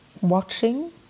watching